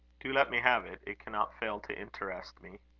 do let me have it. it cannot fail to interest me.